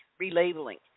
relabeling